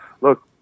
look